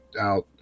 out